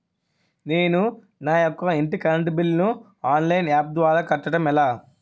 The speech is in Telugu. నేను నా యెక్క ఇంటి కరెంట్ బిల్ ను ఆన్లైన్ యాప్ ద్వారా కట్టడం ఎలా?